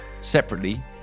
Separately